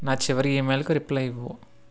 నా చివరి ఇమెయిల్ కు రిప్లై ఇవ్వు